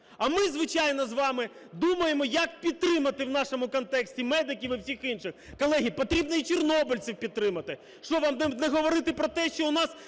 А ми, звичайно, з вами думаємо, як підтримати в нашому контексті медиків і всіх інших. Колеги, потрібно і чорнобильців підтримати! Що, вам не говорити про те, що у нас